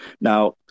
Now